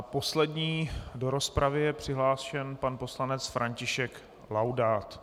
Poslední do rozpravy je přihlášen pan poslanec František Laudát.